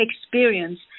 experience